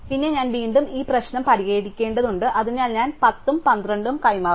പിന്നെ ഞാൻ വീണ്ടും ഈ പ്രശ്നം പരിഹരിക്കേണ്ടതുണ്ട് അതിനാൽ ഞാൻ 10 ഉം 12 ഉം കൈമാറുന്നു